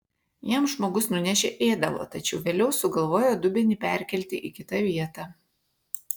jam žmogus nunešė ėdalo tačiau vėliau sugalvojo dubenį perkelti į kitą vietą